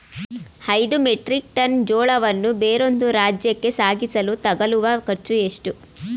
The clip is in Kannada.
ಐದು ಮೆಟ್ರಿಕ್ ಟನ್ ಜೋಳವನ್ನು ಬೇರೊಂದು ರಾಜ್ಯಕ್ಕೆ ಸಾಗಿಸಲು ತಗಲುವ ಖರ್ಚು ಎಷ್ಟು?